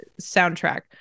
soundtrack